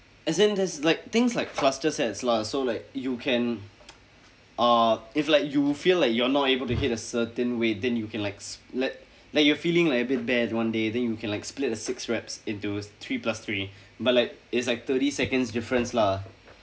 as in there's like things like cluster sets lah so like you can ah if like you feel like you're not able to hit a certain weight then you can likes let like you're feeling like a bit bad one day then you can like split a six reps into three plus three but like it's like thirty seconds difference lah